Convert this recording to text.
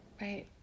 Right